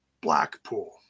Blackpool